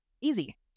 easy